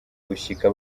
gushika